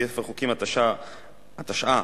ס"ח התשע"א,